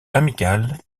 amical